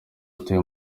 utuye